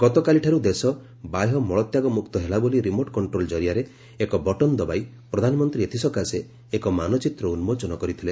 ଗତକାଲିଠାରୁ ଦେଶ ବାହ୍ୟ ମଳତ୍ୟାଗ ମୁକ୍ତ ହେଲା ବୋଲି ରିମୋଟ୍ କଷ୍ଟ୍ରୋଲ୍ ଜରିଆରେ ଏକ ବଟନ୍ ଦବାଇ ପ୍ରଧାନମନ୍ତ୍ରୀ ଏଥିସକାଶେ ଏକ ମାନଚିତ୍ର ଉନ୍କୋଚନ କରିଥିଲେ